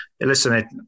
listen